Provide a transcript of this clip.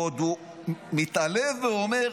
והוא עוד מתעלה ואומר: